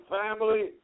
family